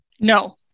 No